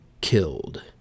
killed